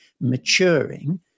maturing